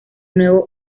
nuevo